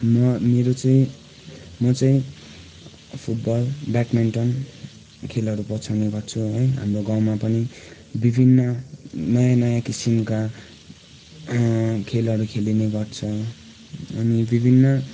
म मेरो चाहिँ म चाहिँ फुटबल ब्याडमिन्टन खेलहरू पछ्याउने गर्छु है हाम्रो गाउँमा पनि विभिन्न नयाँ नयाँ किसिमका खेलहरू खेलिने गर्छ अनि विभिन्न